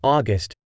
August